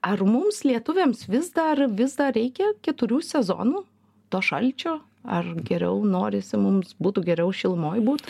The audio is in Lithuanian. ar mums lietuviams vis dar vis dar reikia keturių sezonų to šalčio ar geriau norisi mums būtų geriau šilumoj būt